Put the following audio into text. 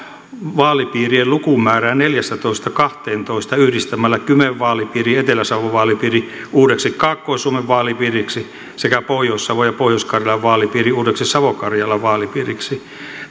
vaalipiirien lukumäärää neljästätoista kahteentoista yhdistämällä kymen vaalipiiri ja etelä savon vaalipiiri uudeksi kaakkois suomen vaalipiiriksi sekä pohjois savon ja pohjois karjalan vaalipiirit uudeksi savo karjalan vaalipiiriksi